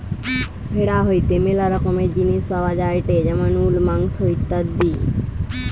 ভেড়া হইতে ম্যালা রকমের জিনিস পাওয়া যায়টে যেমন উল, মাংস ইত্যাদি